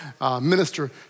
minister